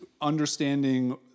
understanding